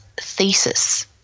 thesis